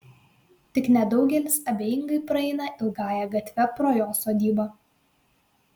tik nedaugelis abejingai praeina ilgąja gatve pro jo sodybą